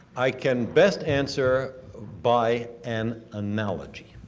i can best answer by an analogy.